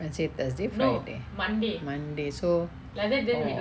wednesday thursday friday monday so